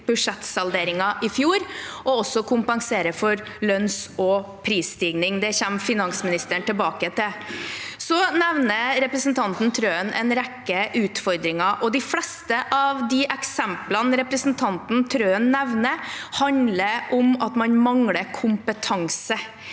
3397 ringen i fjor, og også kompensere for lønns- og prisstigning. Det kommer finansministeren tilbake til. Så nevner representanten Trøen en rekke utfordringer, og de fleste av de eksemplene representanten Trøen nevner, handler om at man mangler kompetanse.